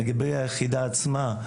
לגבי היחידה עצמה,